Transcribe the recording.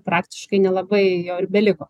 praktiškai nelabai jo ir beliko